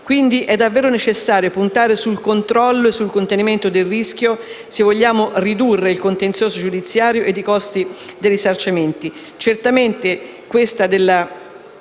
Quindi è davvero necessario puntare sul controllo e sul contenimento del rischio, se vogliamo ridurre il contenzioso giudiziario e i costi dei risarcimenti.